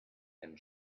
and